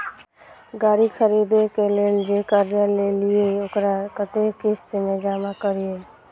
गाड़ी खरदे के लेल जे कर्जा लेलिए वकरा कतेक किस्त में जमा करिए?